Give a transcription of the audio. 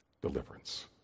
deliverance